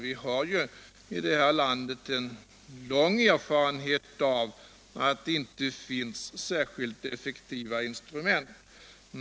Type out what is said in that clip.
Vi har ju i det här landet en lång erfarenhet av att det inte finns särskilt effektiva instrument.